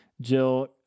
Jill